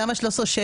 תמ"א 6/13,